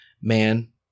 Man